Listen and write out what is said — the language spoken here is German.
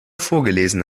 vorgelesen